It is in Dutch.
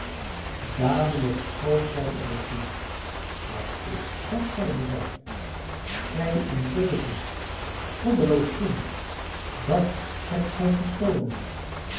dadelijk schoot zij er op toe wat is dat zeide zij gij ondeugend goddeloos kind dat hebt gij gestolen